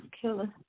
killer